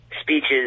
speeches